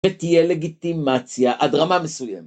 ותהיה לגיטימציה עד רמה מסוימת.